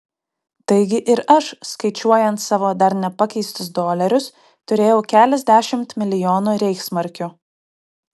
taigi ir aš skaičiuojant savo dar nepakeistus dolerius turėjau keliasdešimt milijonų reichsmarkių